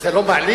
זה לא מעליב?